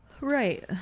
Right